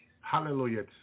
Hallelujah